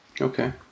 Okay